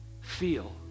feel